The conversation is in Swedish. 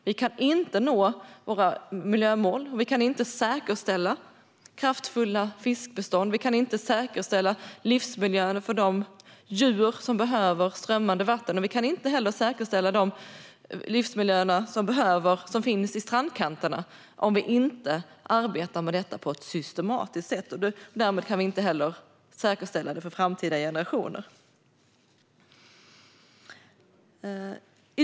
Vi kan inte nå våra miljömål, vi kan inte säkerställa kraftfulla fiskbestånd, vi kan inte säkerställa livsmiljöerna för de djur som behöver strömmande vatten och vi kan inte heller säkerställa de livsmiljöer som finns i strandkanterna om vi inte arbetar med detta på ett systematiskt sätt. Därmed kan vi inte heller säkerställa det för framtida generationer.